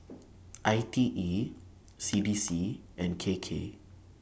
I T E C D C and K K